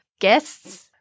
guests